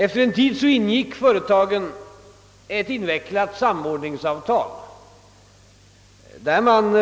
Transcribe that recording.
Efter en tid ingick företagen ett invecklat samordningsavtal, där man